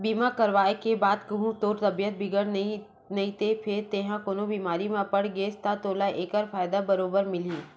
बीमा करवाय के बाद कहूँ तोर तबीयत बिगड़त नइते फेर तेंहा कोनो बेमारी म पड़ गेस ता तोला ऐकर फायदा बरोबर मिलही